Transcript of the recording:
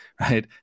right